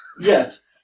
Yes